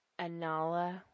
Anala